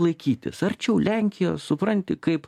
laikytis arčiau lenkijos supranti kaip